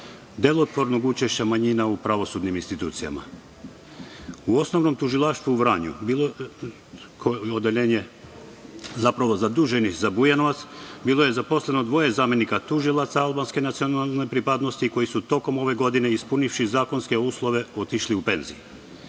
delotvornog učešća manjina u pravosudnim institucijama.U Osnovnom tužilaštvu u Vranju, odeljenje zapravo zaduženih za Bujanovac, bilo je zaposleno dvoje zamenika tužilaca albanske nacionalne pripadnosti koji su tokom ove godine ispunivši zakonske uslove otišli u penziju